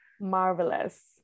marvelous